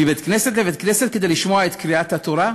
מבית-כנסת לבית-כנסת, כדי לשמוע את קריאת התורה?